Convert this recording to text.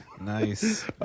Nice